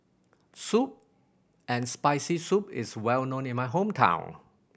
soup and Spicy Soup is well known in my hometown